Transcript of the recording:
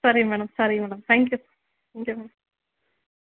ಸರಿ ಮೇಡಮ್ ಸರಿ madam thank you